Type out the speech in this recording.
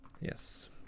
Yes